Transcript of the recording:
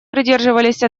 придерживались